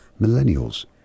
millennials